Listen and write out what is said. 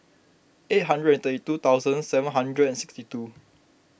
eight hundred and thirty two thousand seven hundred and sixty two